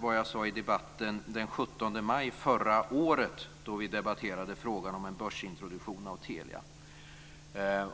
vad jag sade i debatten den 17 maj förra året då vi debatterade frågan om en börsintroduktion av Telia.